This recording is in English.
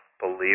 believe